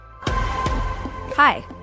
Hi